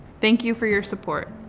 thank you for your support.